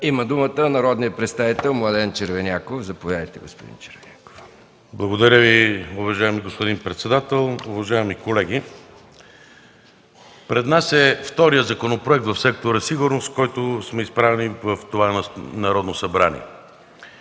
Има думата народният представител Младен Червеняков. МЛАДЕН ЧЕРВЕНЯКОВ (КБ): Благодаря Ви, уважаеми господин председател. Уважаеми колеги, пред нас е вторият законопроект в сектора „Сигурност”, който сме направили в това Народно събрание.